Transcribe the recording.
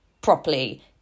properly